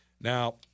Now